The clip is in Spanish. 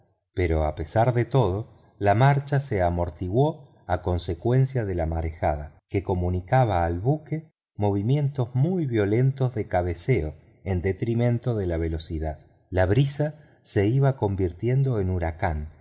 pero a pesar de todo la marcha se amortiguó a consecuencia de la marejada que comunicaba al buque movimientos muy violentos de cabeceo en detrimento de la velocidad la brisa se iba convirtiendo en huracan